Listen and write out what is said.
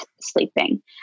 sleeping